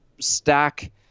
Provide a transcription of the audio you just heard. stack